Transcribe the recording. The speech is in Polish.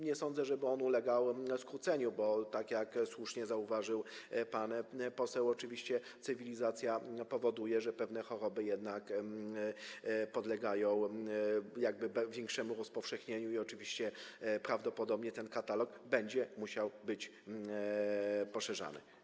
Nie sądzę, żeby on ulegał zawężeniu, bo, tak jak słusznie zauważył pan poseł, oczywiście cywilizacja powoduje, że pewne choroby jednak podlegają jakby większemu rozpowszechnieniu, i oczywiście prawdopodobnie ten katalog będzie musiał być poszerzany.